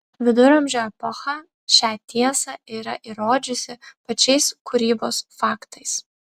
viduramžio epocha šią tiesą yra įrodžiusi pačiais kūrybos faktais